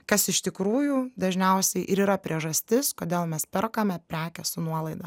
kas iš tikrųjų dažniausiai ir yra priežastis kodėl mes perkame prekę su nuolaida